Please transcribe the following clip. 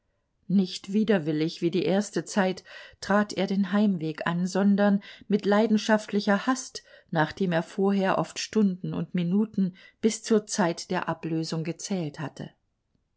nicht widerwillig wie die erste zeit trat er den heimweg an sondern mit leidenschaftlicher hast nachdem er vorher oft stunden und minuten bis zur zeit der ablösung gezählt hatte